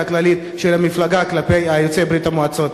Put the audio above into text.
הכללית של המפלגה כלפי יוצאי ברית-המועצות.